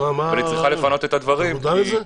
אבל היא צריכה לפנות את הדברים כי --- אתה מודע לזה?